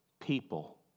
People